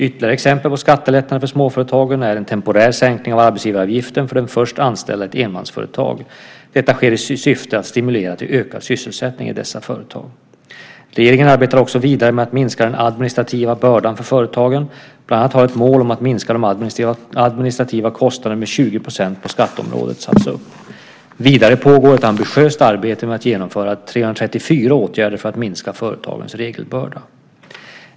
Ytterligare exempel på skattelättnader för småföretagen är en temporär sänkning av arbetsgivaravgiften för den först anställde i ett enmansföretag. Detta sker i syfte att stimulera till ökad sysselsättning i dessa företag. Regeringen arbetar också vidare med att minska den administrativa bördan för företagen. Bland annat har ett mål om att minska de administrativa kostnaderna med 20 % på skatteområdet satts upp. Vidare pågår ett ambitiöst arbete med att genomföra 334 åtgärder för att minska företagens regelbörda.